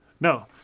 No